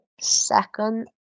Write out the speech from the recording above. second